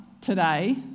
today